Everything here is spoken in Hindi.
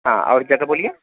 हाँ और क्या था बोलिए